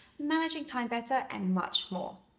managing time better and much more.